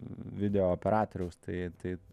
videooperatoriaus tai tai